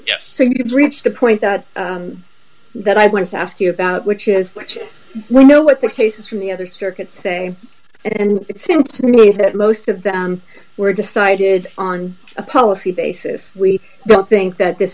reach the point that that i want to ask you about which is we know what the case is from the other circuit say and it seems to me that most of them were decided on a policy basis we don't think that this